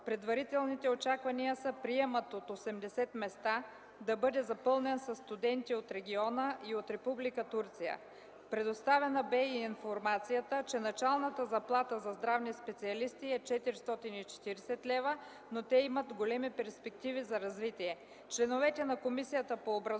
Предварителните очаквания са приемът от 80 места да бъде запълнен със студенти от региона и от Република Турция. Предоставена бе и информацията, че началната заплата за здравни специалисти е 440 лв., но те имат големи перспективи за развитие.